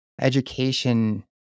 education